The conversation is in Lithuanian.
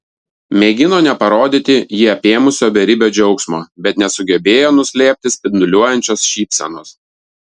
mėgino neparodyti jį apėmusio beribio džiaugsmo bet nesugebėjo nuslėpti spinduliuojančios šypsenos